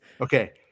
Okay